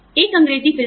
एक अंग्रेजी फिल्म है